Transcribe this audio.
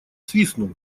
свистнул